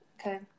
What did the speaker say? Okay